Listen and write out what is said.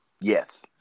Yes